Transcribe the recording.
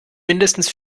mindestens